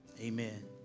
amen